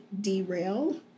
derail